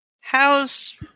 how's